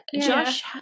Josh